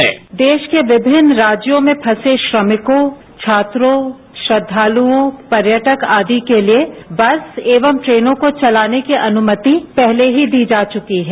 sound bite देश के विभिन्न राज्यों में फंसे श्रमिकों छात्रों श्रद्धालुओं पर्यटक आदि के लिये बस एवं ट्रेनों को चलाने की अनुमति पहले ही दी जा चुकी है